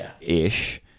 ish